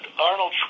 Arnold